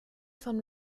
von